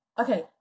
Okay